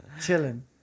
Chilling